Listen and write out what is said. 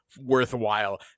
worthwhile